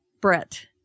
Brett